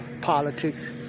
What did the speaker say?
politics